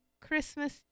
Christmas